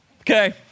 Okay